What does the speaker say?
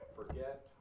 forget